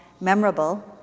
Memorable